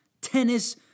tennis